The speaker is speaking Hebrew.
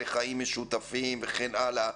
לחיים משותפים וכן הלאה,